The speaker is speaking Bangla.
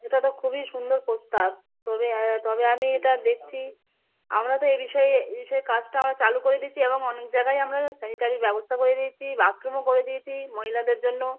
এটা তো খুবই সুন্দর প্রস্তাব তবে তবে আমি এটা দেখছি আমরা তো এ বিষয়ে এই বিষয় কাজটা আমরা চালু করে দিচ্ছি এবং অনেক জায়গায়ই আমরা স্যানিটারির ব্যবস্থা করে দিয়েছি বাথরুমও করে দিয়েছি মহিলাদের জন্য